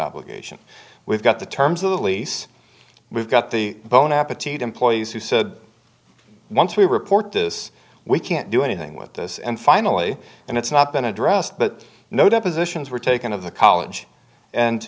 obligation we've got the terms of the lease we've got the bone appetite employees who said once we report this we can't do anything with this and finally and it's not been addressed but no depositions were taken of the college and